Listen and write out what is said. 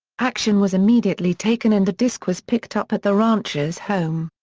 action was immediately taken and the disc was picked up at the rancher's home.